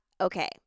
okay